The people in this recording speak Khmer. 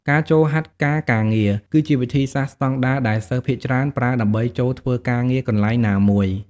ការចូលហាត់ការការងារ គឺជាវិធីសាស្ត្រស្តង់ដារដែលសិស្សភាគច្រើនប្រើដើម្បីចូលធ្វើការងារកន្លែងណាមួយ។